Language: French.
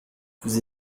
vous